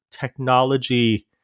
technology